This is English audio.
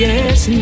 Yes